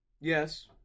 Yes